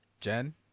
Jen